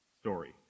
story